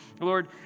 Lord